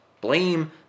Blame